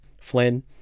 flynn